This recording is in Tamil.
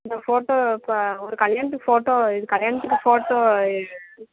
ஒரு ஃபோட்டோ இப்போ ஒரு கல்யாணத்துக்கு ஃபோட்டோ இது கல்யாணத்துக்கு ஃபோட்டோ எ